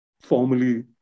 formally